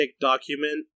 document